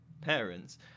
parents